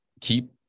keep